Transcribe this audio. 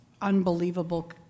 unbelievable